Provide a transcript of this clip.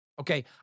okay